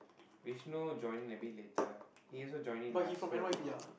Vishnu join a bit later he also join in last year only